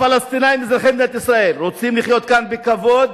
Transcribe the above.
הפלסטינים אזרחי מדינת ישראל רוצים לחיות כאן בכבוד,